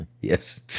Yes